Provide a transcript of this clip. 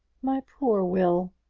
my poor will!